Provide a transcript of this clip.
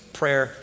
prayer